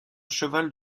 cheval